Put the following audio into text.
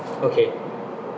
okay